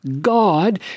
God